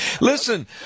Listen